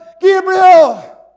Gabriel